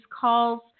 calls